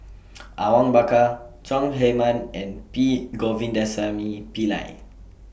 Awang Bakar Chong Heman and P Govindasamy Pillai